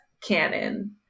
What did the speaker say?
canon